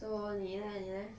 so 你 leh 你 leh